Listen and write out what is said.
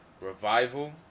Revival